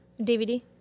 DVD